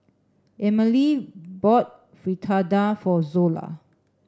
Emmalee bought Fritada for Zola